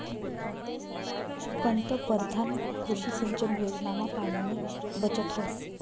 पंतपरधान कृषी सिंचन योजनामा पाणीनी बचत व्हस